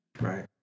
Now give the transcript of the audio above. Right